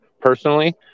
personally